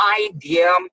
idea